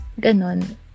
ganon